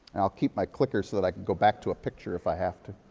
i'll keep my clicker so that i can go back to a picture if i have to.